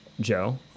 Joe